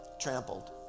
trampled